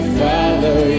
follow